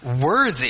worthy